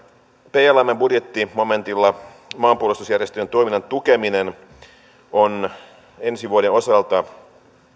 plmn budjettimomentilla maanpuolustusjärjestöjen toiminnan tukeminen on ensi vuoden osalta